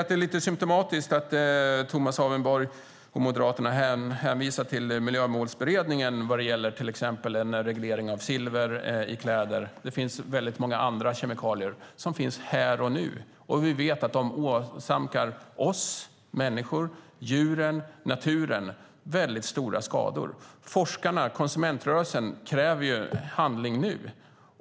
Det är lite symtomatiskt att Tomas Avenborg och Moderaterna hänvisar till Miljömålsberedningen vad gäller till exempel en reglering av silver i kläder. Det finns väldigt många andra kemikalier som finns här och nu, och vi vet att de åsamkar oss människor, djuren och naturen väldigt stora skador. Forskarna och konsumentrörelsen kräver handling nu.